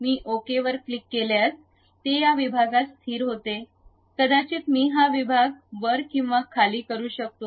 मी okay वर click केल्यास ते या विभागात स्थिर होते कदाचित मी हा विभाग वर किंवा खाली करू शकतो